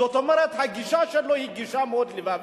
זאת אומרת, הגישה שלו היא גישה מאוד לבבית,